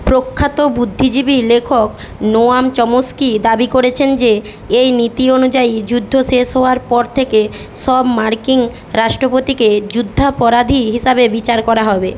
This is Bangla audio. প্রখ্যাত বুদ্ধিজীবী লেখক নোয়াম চমস্কি দাবি করেছেন যে এই নীতি অনুযায়ী যুদ্ধ শেষ হওয়ার পর থেকে সব মার্কিন রাষ্ট্রপতিকে যুদ্ধাপরাধী হিসাবে বিচার করা হবে